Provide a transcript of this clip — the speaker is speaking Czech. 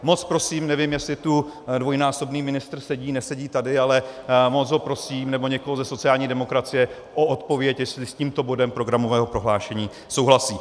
Moc prosím nevím, jestli tu dvojnásobný ministr sedí, nesedí tady, ale moc ho prosím, nebo někoho ze sociální demokracie, o odpověď, jestli s tímto bodem programového prohlášení souhlasí.